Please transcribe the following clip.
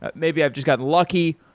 but maybe i just got lucky.